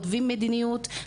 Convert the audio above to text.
כותבים מדיניות,